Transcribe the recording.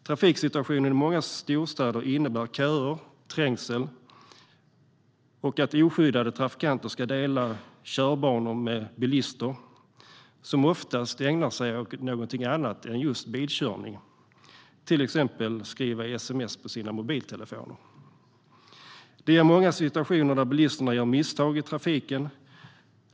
Trafiksituationen i många storstäder innebär köer och trängsel och att oskyddade trafikanter delar körbanor med bilister som ofta ägnar sig åt något annat än just bilkörning, till exempel att skriva sms på sina mobiltelefoner. Det ger många situationer där bilisterna gör misstag i trafiken.